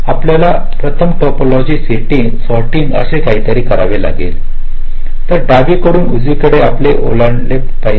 आपल्याला प्रथम topological sorting असे काहीतरी करावे लागेल तर डावीकडून उजवीकडे आपण ओलांडले पाहिजे